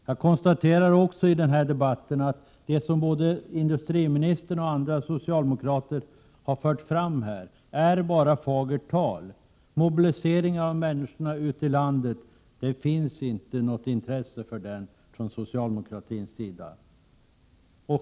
Jag konstaterar också i den här debatten att det som både industriministern och andra socialdemokrater här har fört fram bara är fagert tal. En mobilisering av människorna ute i landet finns det inte något intresse för från socialdemokratins sida.